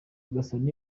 gasana